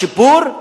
בשיפור,